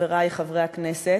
חברי חברי הכנסת,